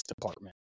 department